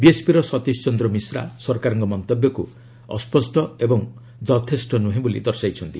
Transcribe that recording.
ବିଏସ୍ପିର ଶତିଶ ଚନ୍ଦ ମିଶ୍ରା ସରକାରଙ୍କ ମନ୍ତବ୍ୟକୁ ଅସ୍କଷ୍ଟ ଏବଂ ଯଥେଷ୍ଟ ନୁହେଁ ବୋଲି ଦର୍ଶାଇଛନ୍ତି